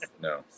No